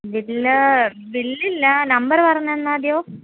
bill ബില്ലില്ല number പറഞ്ഞുതന്നാൽ മതിയോ